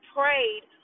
prayed